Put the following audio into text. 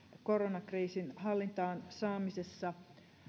koronakriisin hallintaan saamisessa